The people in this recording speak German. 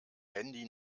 handy